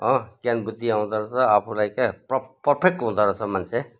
हो ज्ञान बुद्धि आउँदो रेछ आफूलाई क्या प्र पर्फेक्ट हुँदो रहेछ मान्छे